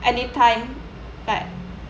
anytime right